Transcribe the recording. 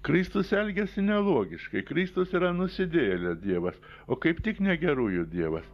kristus elgiasi nelogiškai kristus yra nusidėjėlio dievas o kaip tik ne gerųjų dievas